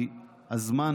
כי הזמן,